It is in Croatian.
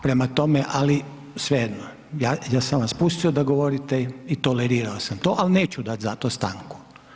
Prema tome, ali svejedno ja sam vas pustio da govorite i tolerirao sam to, ali neću dati za to stanku.